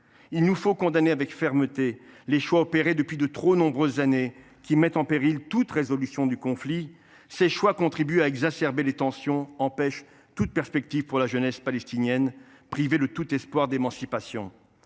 Il nous faut condamner avec fermeté les choix opérés depuis de trop nombreuses années, qui mettent en péril toute résolution du conflit. Ces choix contribuent à exacerber les tensions et empêchent toute perspective pour la jeunesse palestinienne, privée de tout espoir d’émancipation.